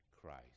Christ